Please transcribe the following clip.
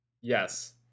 Yes